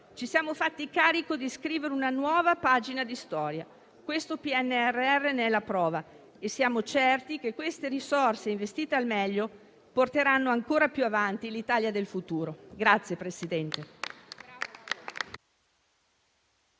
Ci siamo fatti carico di scrivere una nuova pagina di storia. Questo PNRR ne è la prova e siamo certi che le risorse investite al meglio porteranno ancora più avanti l'Italia del futuro.